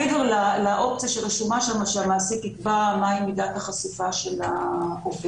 מעבר לאופציה שרשומה שם שהמעסיק יקבע מהי מידת החשיפה של העובד.